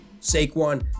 Saquon